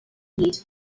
eat